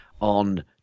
on